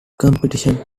competition